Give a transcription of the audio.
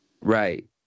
right